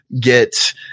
get